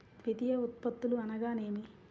ద్వితీయ ఉత్పత్తులు అనగా నేమి?